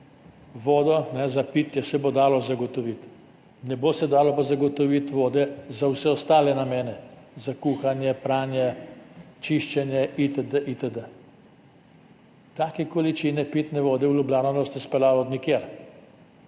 Vodo za pitje se bo dalo zagotoviti, ne bo se pa dalo zagotoviti vode za vse ostale namene, za kuhanje, pranje, čiščenje itd. itd. Take količine pitne vode v Ljubljano ne boste speljali od nikoder,